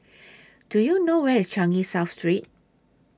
Do YOU know Where IS Changi South Street